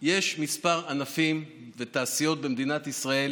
יש כמה ענפים ותעשיות במדינת ישראל